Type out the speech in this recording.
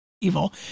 evil